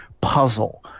puzzle